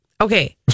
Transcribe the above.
Okay